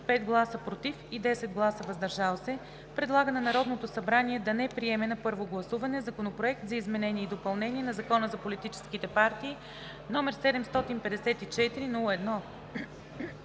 5 гласа „против“ и 9 гласа „въздържал се” предлага на Народното събрание да не приеме на първо гласуване Законопроект за изменение и допълнение на Закона за политическите партии, № 754-01-26,